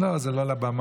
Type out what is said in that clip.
לא, זה לא לבמה.